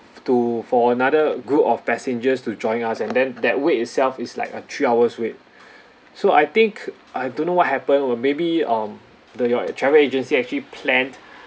to for another group of passengers to join us and then that wait itself is like a three hours wait so I think I don't know what happened well maybe um the your travel agency actually planned